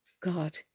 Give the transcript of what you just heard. God